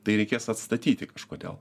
tai reikės atstatyti kažkodėl